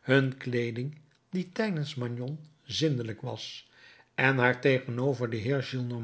hun kleeding die tijdens magnon zindelijk was en haar tegenover den